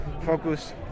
focus